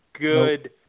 good